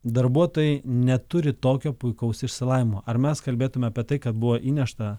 darbuotojai neturi tokio puikaus išsilavinimo ar mes kalbėtume apie tai kad buvo įnešta